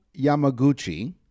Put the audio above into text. Yamaguchi